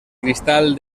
cristal